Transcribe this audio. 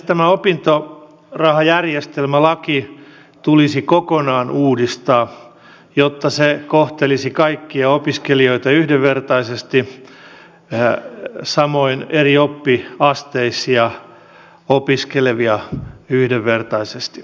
tämä opintorahajärjestelmälaki tulisi kokonaan uudistaa jotta se kohtelisi kaikkia opiskelijoita yhdenvertaisesti samoin eri oppiasteilla opiskelevia yhdenvertaisesti